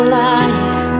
life